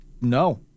No